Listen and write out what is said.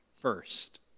first